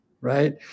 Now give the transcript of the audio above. Right